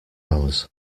hours